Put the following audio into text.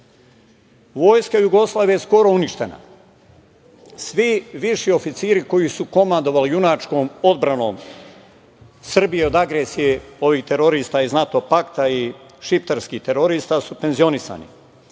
Vojska Jugoslavije je skoro uništena. Svi viši oficiri koji su komandovali junačkom odbranom Srbije od agresije terorista iz NATO pakta i šiptarskih terorista su penzionisani.